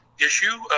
issue